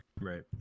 Right